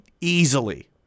easily